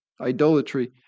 idolatry